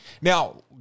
Now